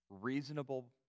reasonable